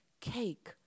cake